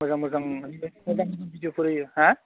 मोजां मोजां भिडिअफोर होयो हा